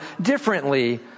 differently